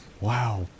Wow